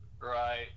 Right